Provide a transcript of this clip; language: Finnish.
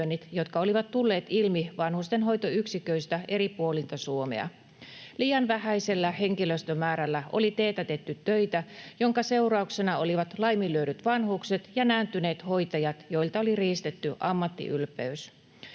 jotka olivat tulleet ilmi vanhustenhoitoyksiköistä eri puolilta Suomea. Liian vähäisellä henkilöstömäärällä oli teetätetty töitä, minkä seurauksena olivat laiminlyödyt vanhukset ja nääntyneet hoitajat, joilta oli riistetty ammattiylpeys.